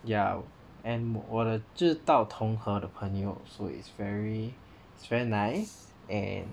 ya and 我的知道同行的朋友 so is very it's very nice and